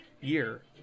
year